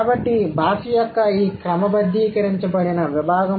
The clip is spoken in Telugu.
కాబట్టి భాష యొక్క ఈ క్రమబద్ధీకరించబడిన విభాగం